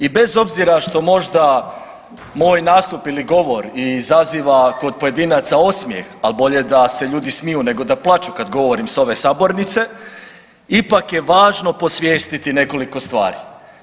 I bez obzira što možda moj nastup ili govor izaziva kod pojedinaca osmijeh, ali bolje da se ljudi smiju nego da plaču kad govorim s ove sabornice, ipak je važno posvijestiti nekoliko stvari.